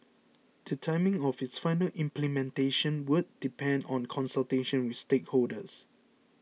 the timing of its final implementation would depend on consultation with stakeholders